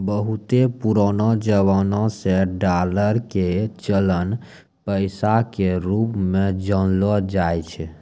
बहुते पुरानो जमाना से डालर के चलन पैसा के रुप मे जानलो जाय छै